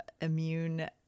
immune